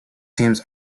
teams